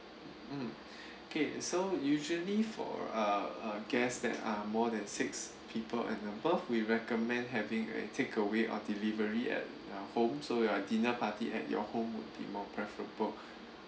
mm K so usually for uh uh guests that are more than six people and above we recommend having a takeaway or delivery at uh home so ya dinner party at your home would be more preferable